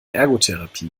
ergotherapie